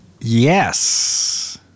Yes